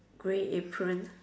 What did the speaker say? gray apron